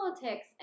politics